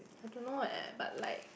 I don't know eh but like